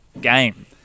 game